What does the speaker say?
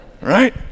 right